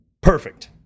Perfect